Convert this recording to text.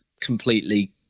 completely